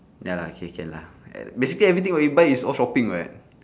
ya lah okay can lah basically everything what we buy is all shopping [what]